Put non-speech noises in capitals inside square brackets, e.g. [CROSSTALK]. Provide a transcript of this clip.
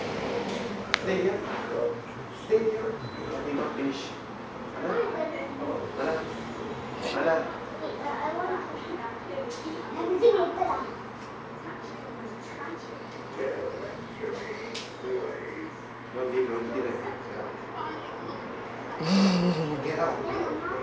[LAUGHS]